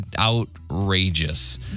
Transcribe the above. outrageous